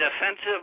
defensive